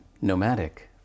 nomadic